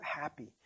happy